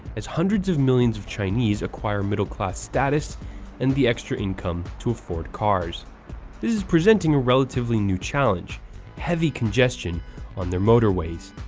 as hundreds of millions of chinese acquire middle class status and the extra income to afford cars. this is presenting a relatively new challenge heavy congestion on their motorways.